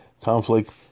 conflict